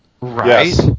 Right